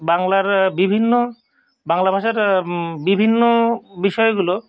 বাংলার বিভিন্ন বাংলা ভাষার বিভিন্ন বিষয়গুলো